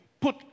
put